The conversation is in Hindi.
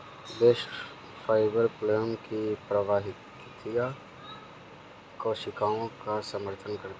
बास्ट फाइबर फ्लोएम की प्रवाहकीय कोशिकाओं का समर्थन करता है